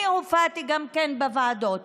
אני הופעתי גם בוועדות,